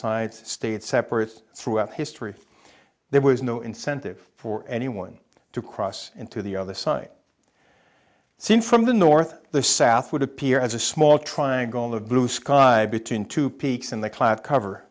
sides state separate throughout history there was no incentive for anyone to cross into the other side seen from the north the south would appear as a small triangle of blue sky between two peaks in the cloud cover